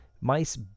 Mice